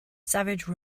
savage